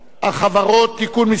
החברות (תיקון מס'